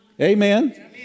Amen